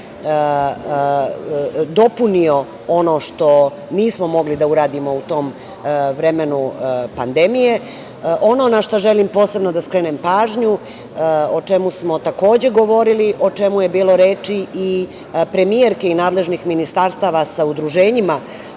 dopunio ono što nismo mogli da uradimo u tom vremenu pandemije. Ono na šta želim posebno da skrenem pažnju, o čemu smo takođe, govorili, o čemu je bilo reči i premijerke i nadležnih ministarstava sa udruženjima